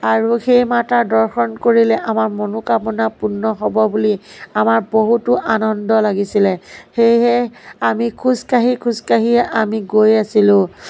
আৰু সেই মাতাৰ দৰ্শন কৰিলে আমাৰ মনোকামনা পূৰ্ণ হ'ব বুলি আমাৰ বহুতো আনন্দ লাগিছিলে সেয়েহে আমি খোজকাঢ়ি খোজকাঢ়ি আমি গৈ গৈ আছিলোঁ